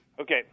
Okay